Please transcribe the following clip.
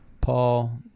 Paul